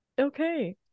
Okay